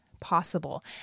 possible